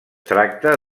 tracta